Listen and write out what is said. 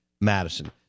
madison